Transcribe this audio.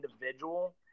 individual